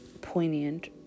poignant